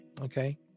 okay